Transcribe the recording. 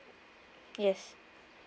yes